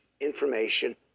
information